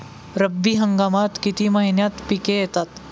रब्बी हंगामात किती महिन्यांत पिके येतात?